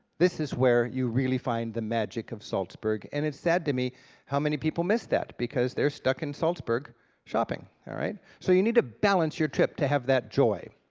this is where you really find the magic of salzburg, and it's sad to me how many people miss that because they're stuck in salzburg shopping, all right. so you need to balance your trip to have that joy.